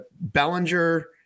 Bellinger